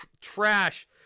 trash